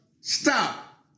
Stop